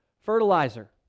fertilizer